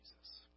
Jesus